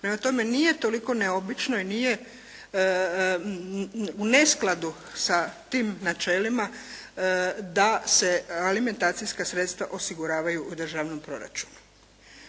nije toliko neobično i nije u neskladu sa tim načelima da se alimentacijska sredstva osiguravaju u državnom proračunu.